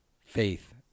Faith